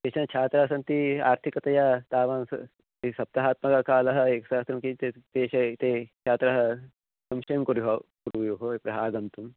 तेषां छात्राः सन्ति आर्थिकतया तावन् स् ते सप्ताहात्मकालः एकसहस्रं किञ्चित् तेषे ते छात्रः संशयं कुर्युः कुर्युः अत्र आगन्तुम्